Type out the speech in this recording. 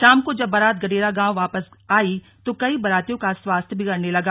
शाम को जब बारात गडेरा गांव वापस आयी तो कई बारातियों का स्वास्थ्य बिगड़ने लगा